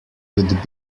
could